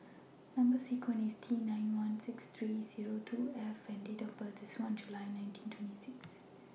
Number sequence IS T nine one six three Zero two seven F and Date of birth IS one July nineteen twenty six